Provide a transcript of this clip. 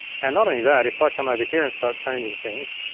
and not only that, if i come over here and start changing things,